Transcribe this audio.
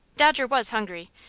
dodger was hungry,